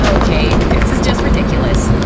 okay, this is just ridiculous.